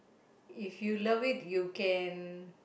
if you love it you can